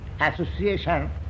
association